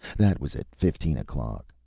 that was at fifteen o'clock.